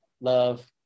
love